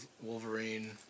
Wolverine